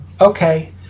Okay